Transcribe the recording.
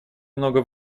много